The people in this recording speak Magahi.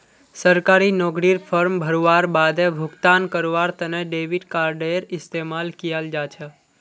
सरकारी नौकरीर फॉर्म भरवार बादे भुगतान करवार तने डेबिट कार्डडेर इस्तेमाल कियाल जा छ